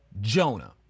Jonah